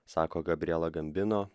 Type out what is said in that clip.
sako gabriela gambino